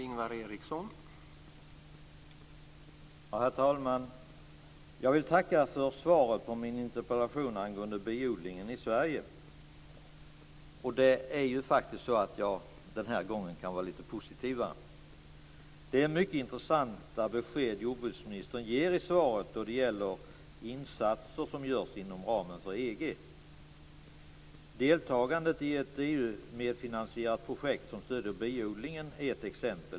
Herr talman! Jag vill tacka för svaret på min interpellation angående biodlingen i Sverige. Det är faktiskt så att jag den här gången kan vara lite mer positiv. Det är mycket intressanta besked som jordbruksministern ger i svaret när det gäller insatser som görs inom ramen för EG. Deltagandet i ett av EU medfinansierat projekt som stödjer biodlingen är ett exempel.